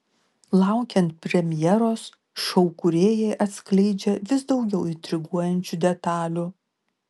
laukiant premjeros šou kūrėjai atskleidžia vis daugiau intriguojančių detalių